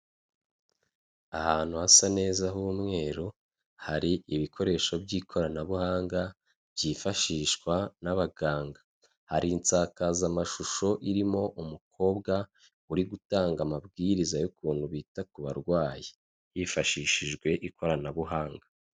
Ahantu hasa neza h'umweru hari ibikoresho by'ikoranabuhanga byifashishwa n'abaganga, hari insakazamashusho irimo umukobwa uri gutanga amabwiriza y'ukuntu bita ku barwayi hifashishijwe ikoranabuhanga.